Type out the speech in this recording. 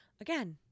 Again